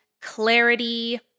Clarity